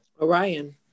Orion